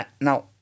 Now